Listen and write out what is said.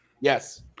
yes